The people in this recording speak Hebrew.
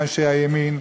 עם אנשי הימין.